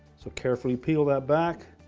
so carefully peel that back